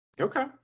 Okay